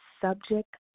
subject